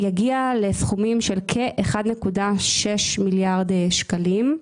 יש גם החלטה של ועדת שרים לענייני הפרטה בנושא הזה.